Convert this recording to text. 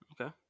Okay